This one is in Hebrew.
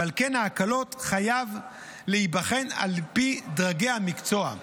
ועל כן ההקלות חייבות להיבחן על פי דרגי המקצוע,